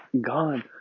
gone